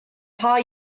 paar